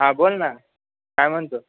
हां बोल ना काय म्हणतो